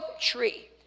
tree